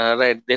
right